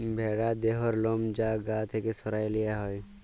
ভ্যারার দেহর লম যা গা থ্যাকে সরাঁয় লিয়া হ্যয়